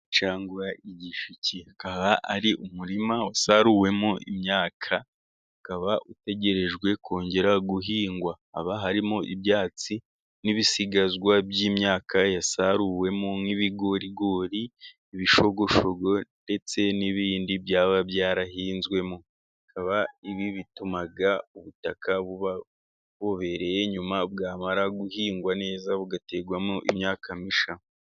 Cyangwa igishike kikaba ari umurima wasaruwemo imyaka, ukaba utegerejwe kongera guhingwa, haba harimo ibyatsi n'ibisigazwa by'imyaka yasaruwemo, nk'ibigorigori, ibishogoshogo ndetse n'ibindi byaba byarahinzwemo, bikaba ibi bituma ubutaka buba bubobereye, nyuma bwamara guhingwa neza bugaterwamo imyaka mishya.